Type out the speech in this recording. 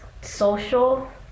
social